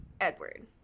edward